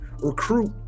recruit